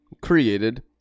created